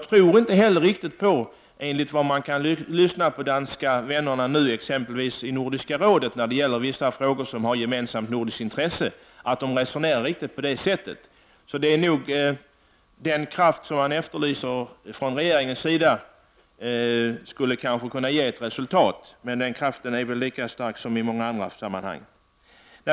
Efter att ha lyssnat på danska vänner i t.ex. Nordiska rådet i vissa frågor med gemensamt nordiskt intresse, tror jag inte riktigt på att de resonerar så. Det är nog den kraft som man efterlyser från regeringens sida som skulle kunna ge ett resultat. Men den kraften är väl lika stark som i många andra sammanhang.